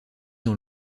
dans